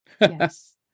Yes